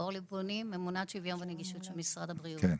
ממונת שוויון ונגישות במשרד הבריאות.